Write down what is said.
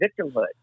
victimhood